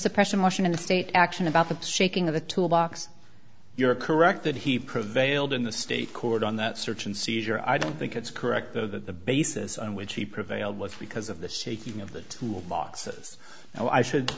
suppression washington state action about the shaking of the tool box you're correct but he prevailed in the state court on that search and seizure i don't think it's correct though that the basis on which he prevailed was because of the shaking o